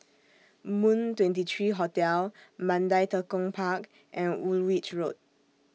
Moon twenty three Hotel Mandai Tekong Park and Woolwich Road